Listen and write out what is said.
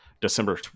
December